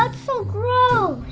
um so gross!